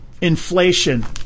Inflation